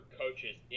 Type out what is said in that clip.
coaches